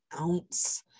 ounce